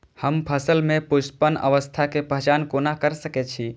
हम फसल में पुष्पन अवस्था के पहचान कोना कर सके छी?